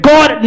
God